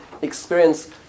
Experience